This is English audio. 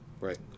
Right